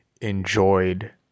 enjoyed